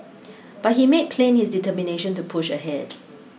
but he made plain his determination to push ahead